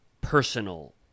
personal